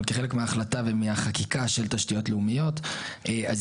אבל כחלק מההחלטה ומהחקיקה של תשתיות לאומיות אז